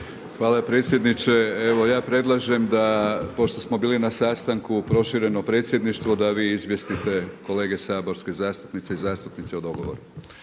Hvala predsjedniče. Evo ja predlažem da pošto smo bili na sastanku prošireno Predsjedništvo da vi izvijestite kolege saborske zastupnice i zastupnike o dogovoru.